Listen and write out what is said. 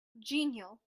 genial